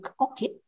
okay